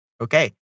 Okay